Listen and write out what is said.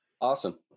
Awesome